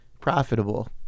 profitable